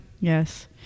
Yes